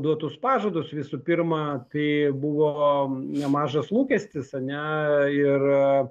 duotus pažadus visų pirma tai buvo nemažas lūkestis ane ir